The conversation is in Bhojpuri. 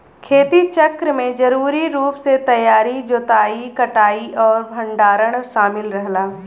खेती चक्र में जरूरी रूप से तैयारी जोताई कटाई और भंडारण शामिल रहला